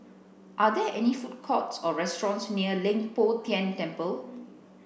are there any food courts or restaurants near Leng Poh Tian Temple